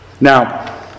Now